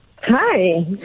Hi